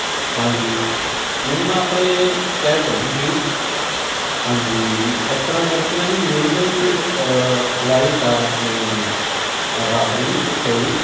ਹਾਂਜੀ ਮੈਨੂੰ ਨਾ ਆਪਣੇ ਕੈਬ ਚਾਹੀਦੀ ਸੀਗੀ ਹਾਂਜੀ ਜੀ ਇਸ ਤਰ੍ਹਾਂ ਕਰਕੇ ਨਾ ਜੀ ਮੇਰੀ ਨਾ ਜੀ ਫ ਫਲਾਈਟ ਆ ਆਪਣੇ ਰਾਤ ਨੂੰ ਜੀ ਇੱਕ ਵਜੇ